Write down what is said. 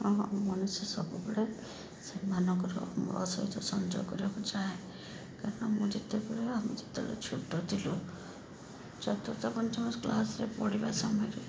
ହଁ ମଣିଷ ସବୁବେଳେ ସେମାନଙ୍କର ମୂଳ ସହିତ ସଂଯୋଗ କରିବାକୁ ଚାହେଁ କାରଣ ମୁଁ ଯେତେବେଳେ ଆମେ ଯେତେବେଳେ ଛୋଟ ଥିଲୁ ଚତୁର୍ଥ ପଞ୍ଚମ କ୍ଲାସ୍ରେ ପଢ଼ିବା ସମୟରେ